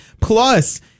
Plus